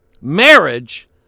marriage